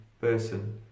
person